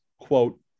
quote